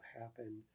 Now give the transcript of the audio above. happen